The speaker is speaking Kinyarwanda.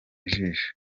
ijisho